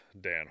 dan